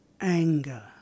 anger